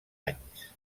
anys